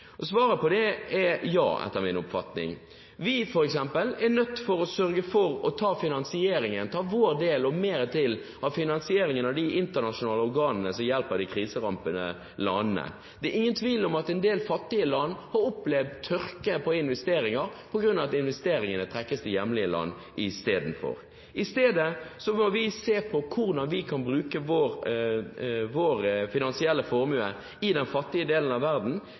internasjonalt? Svaret på det er ja, etter min oppfatning. Vi er f.eks. nødt til å sørge for å ta vår del av finansieringen – og mer til – når de internasjonale organene hjelper de kriserammede landene. Det er ingen tvil om at en del fattige land har opplevd tørke på investeringer på grunn av at investeringene trekkes til hjemlige land. I stedet må vi se på hvordan vi kan bruke vår finansielle formue til investeringer i den fattige delen av verden,